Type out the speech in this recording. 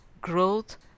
growth